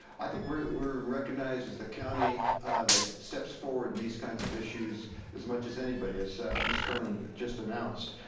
i think we're we're recognized as the county that steps forward on these kinds of issues as much as anybody, as ms. kernan just announced.